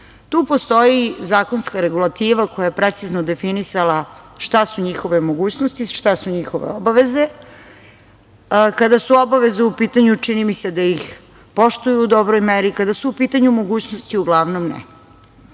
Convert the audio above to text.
Tu postoji zakonska regulativa, koja je precizno definisala šta su njihove mogućnosti i šta su njihove obaveze, kada su obaveze u pitanju, čini mi se da ih poštuju u dobroj meri, kada su u pitanju mogućnosti, uglavnom